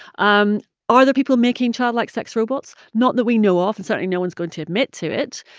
um are there people making child-like sex robots? not that we know of. and certainly, no one's going to admit to it.